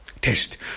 test